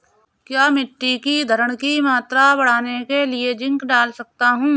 क्या मिट्टी की धरण की मात्रा बढ़ाने के लिए जिंक डाल सकता हूँ?